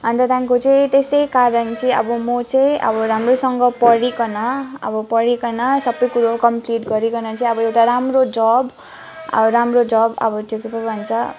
अन्त त्यहाँदेखिको चाहिँ त्यसै कारण चाहिँ अब म चाहिँ अब राम्रोसँग पढीकन अब पढीकन सबै कुरो कम्प्लिट गरिकन एउटा राम्रो जब अब राम्रो जब अब त्यो के पो भन्छ